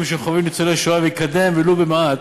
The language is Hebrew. שחווים ניצולי השואה ויקדם ולו במעט